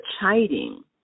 chiding